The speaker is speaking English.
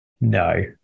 No